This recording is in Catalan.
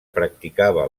practicava